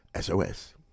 SOS